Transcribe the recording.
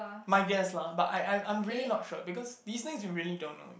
my guess lah but I I I am really not sure because this thing you really don't know